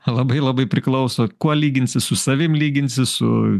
labai labai priklauso kuo lyginsi su savimi lyginsi su